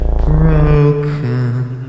broken